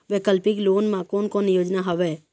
वैकल्पिक लोन मा कोन कोन योजना हवए?